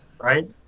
Right